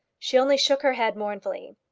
she only shook her head mournfully.